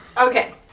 Okay